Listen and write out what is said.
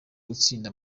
gutsinda